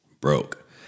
broke